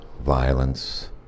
violence